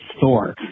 Thor